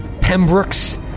Pembroke's